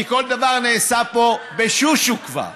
כי כל דבר נעשה פה ב"שושו" כבר,